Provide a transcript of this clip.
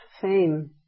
fame